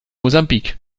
mosambik